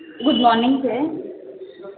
good morning sir